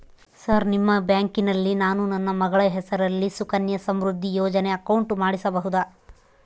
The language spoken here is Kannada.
ಸರ್ ನಿಮ್ಮ ಬ್ಯಾಂಕಿನಲ್ಲಿ ನಾನು ನನ್ನ ಮಗಳ ಹೆಸರಲ್ಲಿ ಸುಕನ್ಯಾ ಸಮೃದ್ಧಿ ಯೋಜನೆ ಅಕೌಂಟ್ ಮಾಡಿಸಬಹುದಾ?